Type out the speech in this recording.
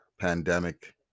pandemic